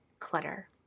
clutter